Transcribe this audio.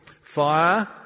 Fire